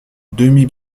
demi